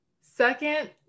second